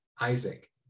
Isaac